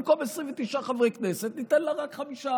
במקום 29 חברי כנסת ניתן לה רק 15,